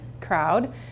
crowd